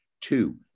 Two